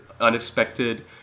unexpected